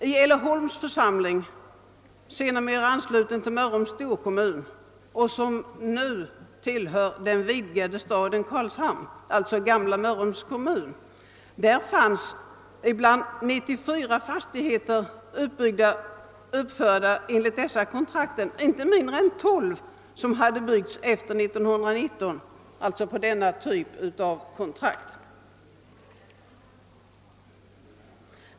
I Elleholms församling — sedermera ansluten till Mörrums storkommun som nu ingår i den vidgade staden Karlshamn — fanns av 94 fastigheter inte mindre än tolv som hade bebyggts efter 1919 med kontrakt av denna typ.